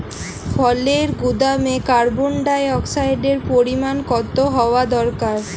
ফলের গুদামে কার্বন ডাই অক্সাইডের পরিমাণ কত হওয়া দরকার?